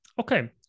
Okay